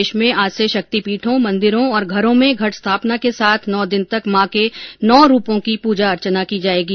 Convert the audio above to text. प्रदेश में आज से शक्तिपीठों मंदिरों और घरों में घट स्थापना के साथ नौ दिन तक मां के नौ रूपों की पूजा अर्चना की जाएगी